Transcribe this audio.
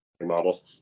models